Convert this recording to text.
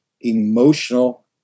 emotional